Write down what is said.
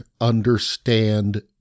understand